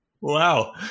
wow